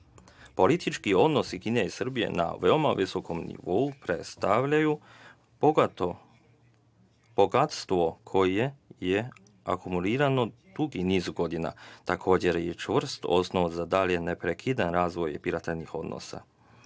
Politički odnosi Kine i Srbije na veoma visokom nivou predstavljaju bogatstvo koje je akumulirano dugi niz godina, što je takođe čvrst osnov za dalji neprekidan razvoj bilateralnih odnosa.